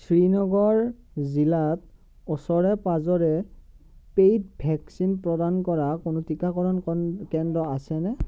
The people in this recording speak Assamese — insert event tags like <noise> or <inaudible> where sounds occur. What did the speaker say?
শ্ৰীনগৰ জিলাত ওচৰে পাঁজৰে পেইড ভেকচিন প্ৰদান কৰা কোনো টীকাকৰণ <unintelligible> কেন্দ্ৰ আছেনে